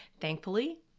Thankfully